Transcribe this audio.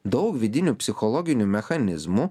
daug vidinių psichologinių mechanizmų